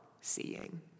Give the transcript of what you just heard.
seeing